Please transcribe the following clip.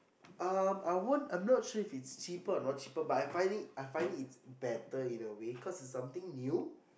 um I won't I'm not sure if it is cheaper or not cheaper but I found it I found it better in a way cause it is something new